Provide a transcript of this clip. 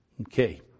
Okay